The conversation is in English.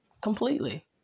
completely